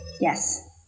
Yes